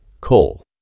Coal